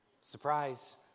Surprise